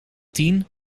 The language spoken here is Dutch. tien